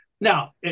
now